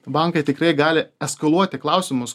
bankai tikrai gali eskaluoti klausimus